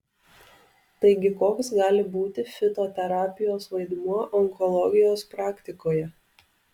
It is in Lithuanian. taigi koks gali būti fitoterapijos vaidmuo onkologijos praktikoje